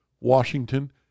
Washington